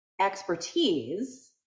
expertise